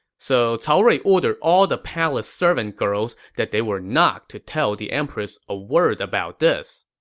so cao rui ordered all the palace servant girls that they were not to tell the empress a word about this.